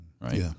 right